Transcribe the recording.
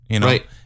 Right